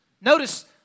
Notice